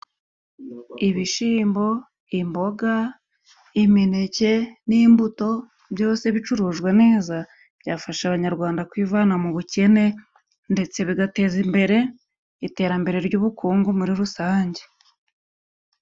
Ibishyimbo, imboga, imineke n'imbuto byose bicurujwe neza, byafasha Abanyarwanda kwivana mu bukene, ndetse bigateza imbere iterambere ry'ubukungu muri rusange.